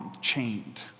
chained